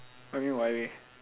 what you mean